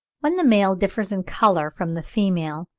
when the male differs in colour from the female,